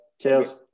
Cheers